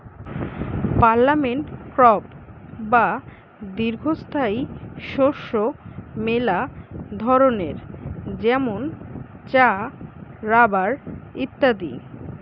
permanent crop বা দীর্ঘস্থায়ী শস্য মেলা ধরণের যেমন চা, রাবার ইত্যাদি